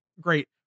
great